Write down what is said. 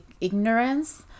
ignorance